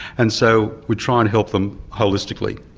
and so we try and help them holistically.